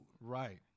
Right